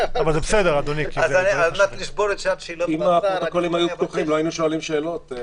על מנת --- אם הפרוטוקולים היו פתוחים לא היינו שואלים שאלות,